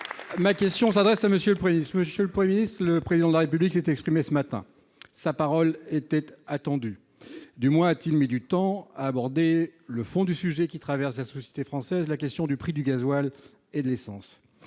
Ma question s'adresse à M. le Premier ministre. Monsieur le Premier ministre, le Président de la République s'est exprimé ce matin. Sa parole était attendue. Du moins a-t-il mis du temps à aborder le fond du sujet qui traverse la société française : la question du prix du gazole et de l'essence.